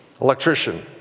electrician